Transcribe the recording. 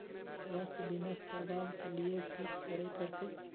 स्वास्थ्य बीमा करबाब के लीये की करै परतै?